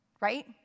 right